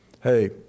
Hey